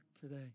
today